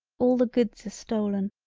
all the goods are stolen,